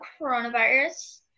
coronavirus